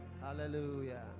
Hallelujah